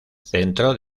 centro